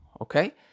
okay